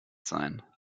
sein